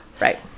right